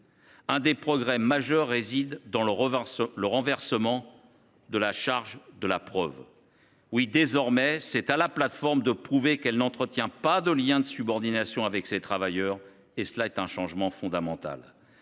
L’un des progrès majeurs réside dans le renversement de la charge de la preuve : désormais, c’est à la plateforme de prouver qu’elle n’entretient pas de lien de subordination avec ses travailleurs – c’est un changement fondamental.